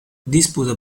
disputa